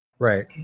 Right